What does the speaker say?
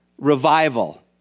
Revival